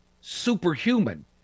superhuman